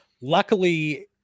Luckily